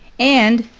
and